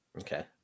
Okay